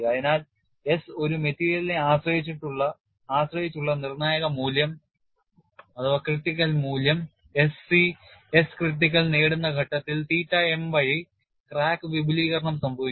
അതിനാൽ S ഒരു മെറ്റീരിയലിനെ ആശ്രയിച്ചുള്ള നിർണായക മൂല്യം S c S critical നേടുന്ന ഘട്ടത്തിൽ തീറ്റ m വഴി ക്രാക്ക് വിപുലീകരണം സംഭവിക്കുന്നു